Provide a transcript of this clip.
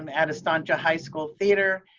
um at estancia high school theater,